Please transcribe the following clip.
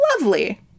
lovely